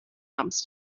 arms